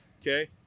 Okay